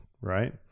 right